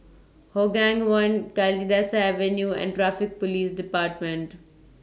Hougang one Kalidasa Avenue and Traffic Police department